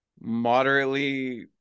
moderately